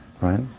Right